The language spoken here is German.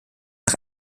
nach